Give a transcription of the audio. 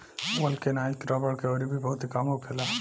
vulcanise रबड़ के अउरी भी बहुते काम होखेला